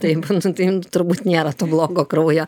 taip nu tai nu turbūt nėra to blogo kraujo